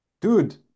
dude